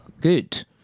good